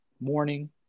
morning